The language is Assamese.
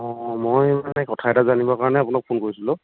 অঁ মই মানে কথা এটা জানিব কাৰণে আপোনাক ফোন কৰিছিলোঁ